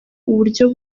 uburyo